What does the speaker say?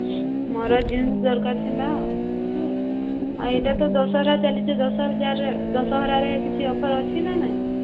ମୋର ଜିନ୍ସ୍ ଦରକାର ଥିଲା ଆ ଏଇଟା ତ ଦଶହରା ଚାଲିଛି ଦଶହରାରେ କିଛି ଅଫର୍ ଅଛି ନାଁ ନାଇଁ